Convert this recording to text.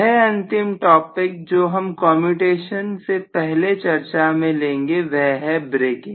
वह अंतिम टॉपिक जो हम कम्यूटेशन से पहले चर्चा में लेंगे वह है ब्रेकिंग